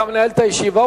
אתה מנהל את הישיבה,